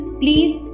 please